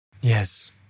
Yes